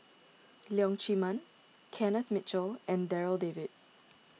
Leong Chee Mun Kenneth Mitchell and Darryl David